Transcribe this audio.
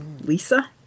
Lisa